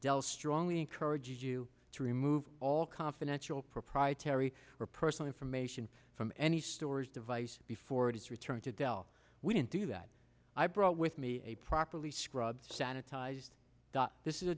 dell strongly encourages you to remove all confidential proprietary or personal information from any storage device before it is returned to dell we didn't do that i brought with me a properly scrubbed sanitized this is a